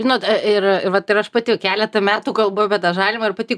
žinot ir ir vat ir aš pati keletą metų kalbu apie tą žalimą ir pati